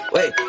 Wait